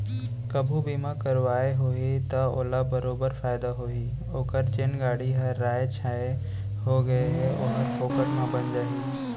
कभू बीमा करवाए होही त ओला बरोबर फायदा होही ओकर जेन गाड़ी ह राइ छाई हो गए हे ओहर फोकट म बन जाही